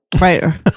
Right